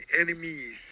enemies